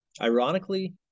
ironically